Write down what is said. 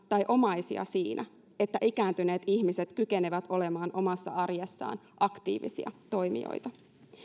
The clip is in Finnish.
tai omaisia siinä että ikääntyneet ihmiset kykenevät olemaan omassa arjessaan aktiivisia toimijoita